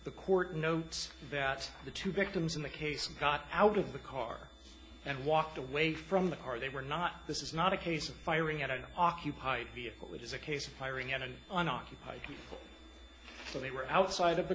the court notes that the two victims in the case and got out of the car and walked away from the car they were not this is not a case of firing at an occupied vehicle it is a case of firing and in an occupied people so they were outside of the